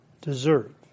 deserve